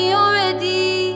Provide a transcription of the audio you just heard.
already